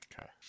okay